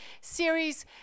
series